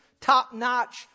top-notch